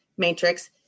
matrix